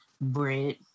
bread